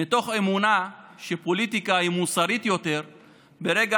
מתוך אמונה שפוליטיקה היא מוסרית יותר ברגע